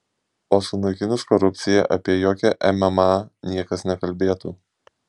o sunaikinus korupciją apie jokią mma niekas nekalbėtų